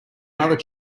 another